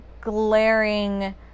glaring